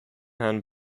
hand